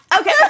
Okay